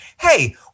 hey